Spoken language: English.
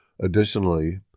Additionally